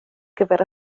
gyfer